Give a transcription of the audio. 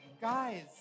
Guys